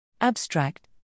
Abstract